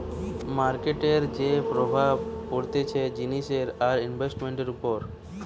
মার্কেটের যে প্রভাব পড়তিছে জিনিসের আর ইনভেস্টান্টের উপর